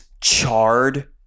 charred